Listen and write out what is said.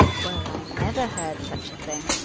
well i never heard such a thing.